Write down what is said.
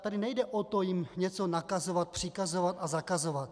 Tady nejde o to jim něco nakazovat, přikazovat a zakazovat.